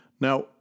Now